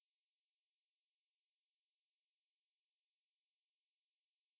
oh I see 看起来不错吧那个工作